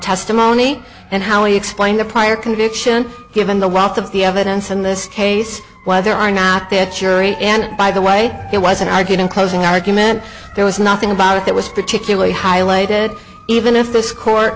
testimony and how he explained the prior conviction given the wealth of the evidence in this case whether or not there jury and by the way it was and i did in closing argument there was nothing about it that was particularly highlighted even if this court